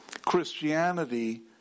Christianity